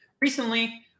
recently